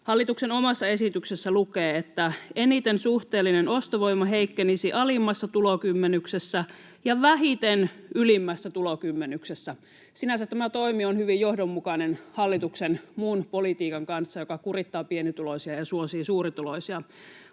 Hallituksen omassa esityksessä lukee: ”Eniten suhteellinen ostovoima heikkenisi alimmassa tulokymmenyksessä ja vähiten ylimmässä tulokymmenyksessä.” Sinänsä tämä toimi on hyvin johdonmukainen hallituksen muun politiikan kanssa, joka kurittaa pienituloisia ja suosii suurituloisia.